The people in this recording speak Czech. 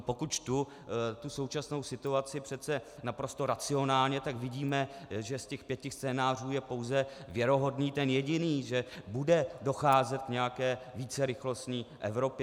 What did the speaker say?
Pokud čtu současnou situaci přece naprosto racionálně, tak vidíme, že z těch pěti scénářů je věrohodný pouze ten jediný, že bude docházet k nějaké vícerychlostní Evropě.